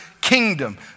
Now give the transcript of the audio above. kingdom